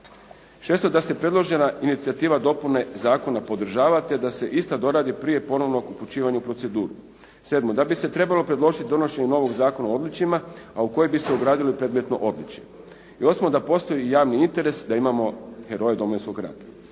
6. da se predložena inicijativa dopune zakona podržava te da se ista doradi prije ponovnog upućivanja u proceduru. 7. da bi se trebalo predložiti donošenje novog zakona o odličjima a u koje bi se ugradilo i predmetno odličje. I 8. da postoji javni interes da imamo heroje Domovinskog rata."